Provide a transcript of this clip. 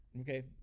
Okay